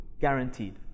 Guaranteed